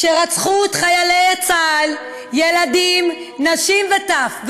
שרצחו חיילי צה"ל, ילדים, נשים וטף.